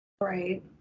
Right